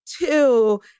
two